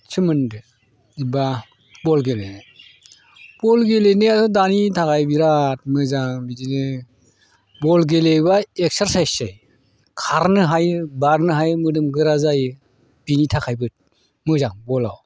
सोमोन्दो एबा बल गेलेनाय बल गेलेनायाथ' दानि थाखाय बिराद मोजां बिदिनो बल गेलेबा एक्सारसाइससो खारनो हायो बारनो हायो मोदोम गोरा जायो बेनि थाखायबो मोजां बलाव